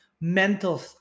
mental